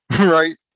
right